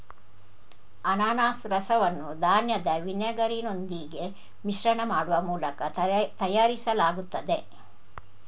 ಅನಾನಸ್ ರಸವನ್ನು ಧಾನ್ಯದ ವಿನೆಗರಿನೊಂದಿಗೆ ಮಿಶ್ರಣ ಮಾಡುವ ಮೂಲಕ ತಯಾರಿಸಲಾಗುತ್ತದೆ